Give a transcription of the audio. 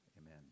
Amen